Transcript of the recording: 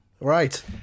Right